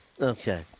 Okay